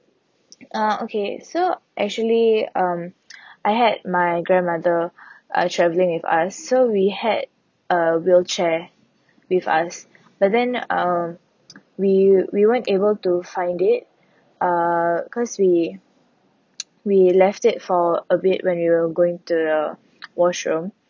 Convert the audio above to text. uh okay so actually um I had my grandmother uh travelling with us so we had a wheelchair with us but then uh we we weren't able to find it uh cause we we left it for a bit when we were going to the washroom